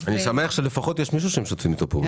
אני שמח שלפחות יש מישהו שהם משתפים איתו פעולה.